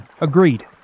Agreed